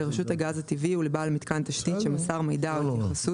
לרשות הגז הטבעי ולבעל מיתקן תשתית שמסר מידע או התייחסות